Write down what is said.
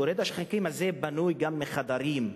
גורד השחקים הזה בנוי גם מחדרים,